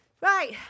right